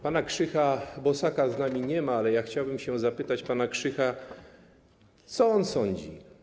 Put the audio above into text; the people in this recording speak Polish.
Pana Krzycha Bosaka z nami nie ma, ale chciałbym zapytać pana Krzycha, co on sądzi.